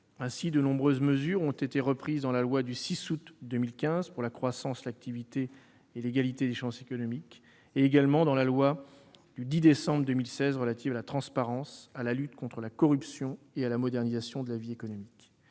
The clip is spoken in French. Ainsi, de nombreuses mesures ont été reprises dans la loi du 6 août 2015 pour la croissance, l'activité et l'égalité des chances économiques et dans la loi du 10 décembre 2016 relative à la transparence, à la lutte contre la corruption et à la modernisation de la vie économique.